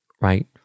Right